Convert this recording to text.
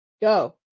Go